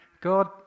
God